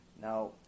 Now